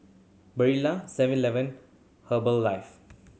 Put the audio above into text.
Barilla Seven Eleven Herbalife